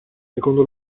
secondo